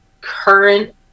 current